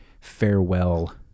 farewell